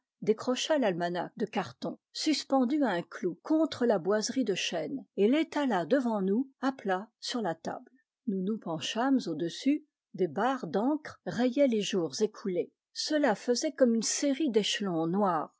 décrocha l'almanach de carton suspendu à un clou contre la boiserie de chêne et l'étala devant nous à plat sur la table nous nous penchâmes au-dessus des barres d'encre rayaient les jours écoulés cela faisait comme une série d'échelons noirs